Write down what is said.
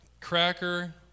cracker